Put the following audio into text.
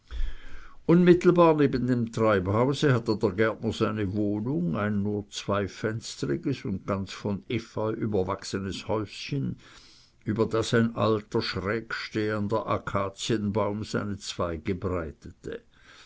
unmittelbar neben dem treibhause hatte der gärtner seine wohnung ein nur zweifenstriges und ganz von efeu überwachsenes häuschen über das ein alter schrägstehender akazienbaum seine zweige